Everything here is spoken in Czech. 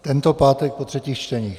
Tento pátek po třetích čteních.